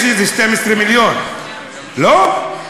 יש איזה 12 מיליון, לא?